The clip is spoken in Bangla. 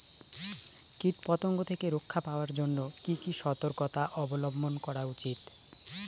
কীটপতঙ্গ থেকে রক্ষা পাওয়ার জন্য কি কি সর্তকতা অবলম্বন করা উচিৎ?